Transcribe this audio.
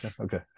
okay